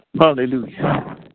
Hallelujah